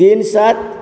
ତିନ ସାତ